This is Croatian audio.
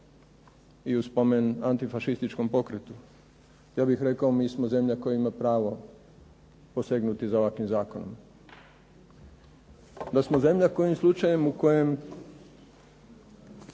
i u spomen antifašističkom pokretu Ja bih rekao mi smo zemlja koja ima pravo posegnuti za ovakvim zakonom. Da smo zemlja kojim slučajem u kojem,